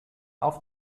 auf